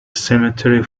cemetery